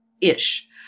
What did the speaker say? ish